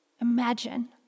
Imagine